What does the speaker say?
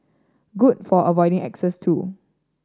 good for avoiding exes too